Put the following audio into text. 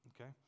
Okay